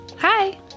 Hi